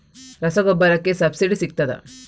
ರಸಗೊಬ್ಬರಕ್ಕೆ ಸಬ್ಸಿಡಿ ಸಿಗ್ತದಾ?